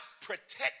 protect